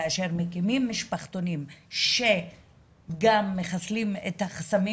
כאשר מקימים משפחתונים שגם מחסלים את החסמים